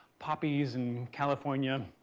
poppies in california,